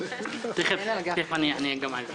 תיכף אני אענה גם על זה.